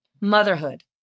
Motherhood